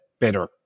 better